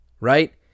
right